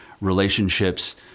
relationships